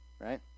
right